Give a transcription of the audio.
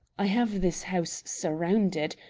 i have this house surrounded.